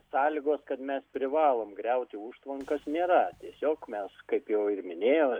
sąlygos kad mes privalom griauti užtvankas nėra tiesiog mes kaip jau minėjau